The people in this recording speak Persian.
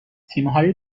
تیمهای